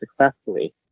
successfully